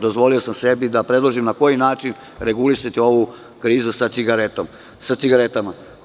Dozvolio sam sebi da predložim na koji način regulisati ovu krizu sa cigaretama.